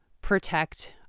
protect